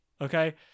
okay